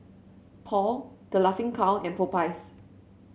Paul The Laughing Cow and Popeyes